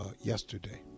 yesterday